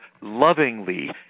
lovingly